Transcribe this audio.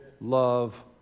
love